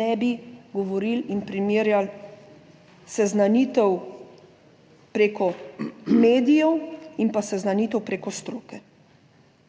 ne bi govorili in primerjali seznanitev preko medijev in pa seznanitev preko stroke.